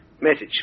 message